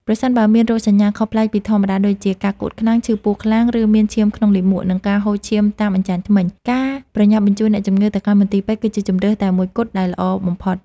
ប្រសិនបើមានរោគសញ្ញាខុសប្លែកពីធម្មតាដូចជា ការក្អួតខ្លាំង ឈឺពោះខ្លាំង ឬមានឈាមក្នុងលាមក និងការហូរឈាមតាមអញ្ចាញធ្មេញ ការប្រញាប់បញ្ជូនអ្នកជំងឺទៅកាន់មន្ទីរពេទ្យគឺជាជម្រើសតែមួយគត់ដែលល្អបំផុត។